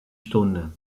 stunde